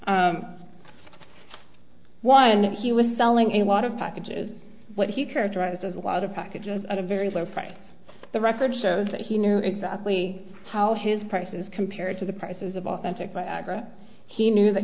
and he was selling a lot of packages what he characterized as a lot of packages at a very low price the records show that he knew exactly how his prices compared to the prices of authentic buy agra he knew that